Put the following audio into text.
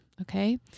okay